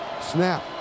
snap